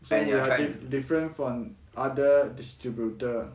so we are diff~ different from other distributor